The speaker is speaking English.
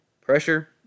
pressure